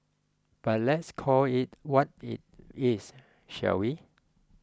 but let's call it what it is shall we